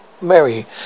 Mary